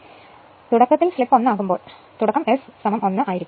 അതിനാൽ തുടക്കത്തിൽ സ്ലിപ് 1 ആകുമ്പോൾ തുടക്കം ട 1 ആയിരിക്കും